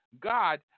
God